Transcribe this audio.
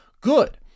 good